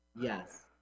Yes